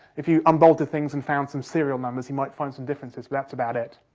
if you unbolt the things and found some serial numbers, you might find some differences, but that's about it.